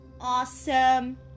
awesome